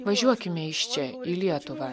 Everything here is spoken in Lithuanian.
važiuokime iš čia į lietuvą